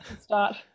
start